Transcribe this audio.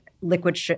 liquid